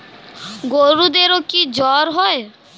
গরুদেরও কি জ্বর হয়?